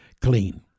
clean